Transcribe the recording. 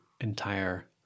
entire